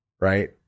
right